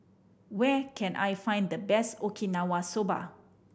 where can I find the best Okinawa Soba